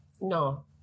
No